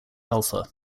alpha